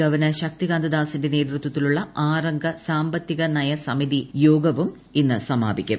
governor Shaktikanta ദാസിന്റെ നേതൃത്വത്തിലുള്ള ആറംഗ സാമ്പത്തികനയ സമിതി യോഗവും ഇന്ന് സമാപിക്കും